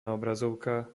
obrazovka